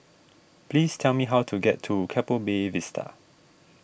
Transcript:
please tell me how to get to Keppel Bay Vista